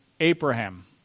Abraham